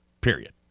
period